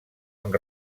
amb